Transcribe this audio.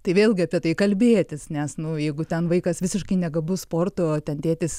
tai vėlgi apie tai kalbėtis nes nu jeigu ten vaikas visiškai negabus sportui o ten tėtis